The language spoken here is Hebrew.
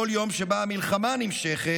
כל יום שבו המלחמה נמשכת,